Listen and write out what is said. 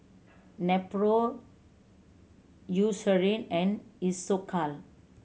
Nepro Eucerin and Isocal